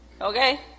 Okay